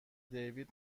دیوید